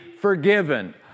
forgiven